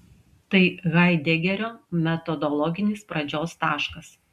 tai haidegerio metodologinis pradžios taškas